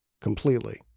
completely